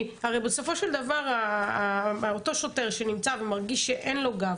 הרי בסופו של דבר אותו שוטר שנמצא ומרגיש שאין לו גב,